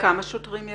כמה שוטרים?